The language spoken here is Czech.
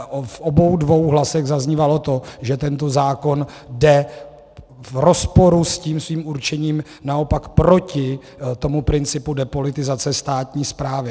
V obou dvou hlasech zaznívalo to, že tento zákon jde v rozporu se svým určením naopak proti principu depolitizace státní správy.